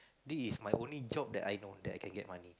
this is my only job that I know that I can get money